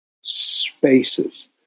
spaces